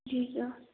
जी sir